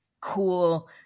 cool